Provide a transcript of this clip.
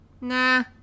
Nah